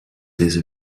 deze